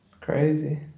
Crazy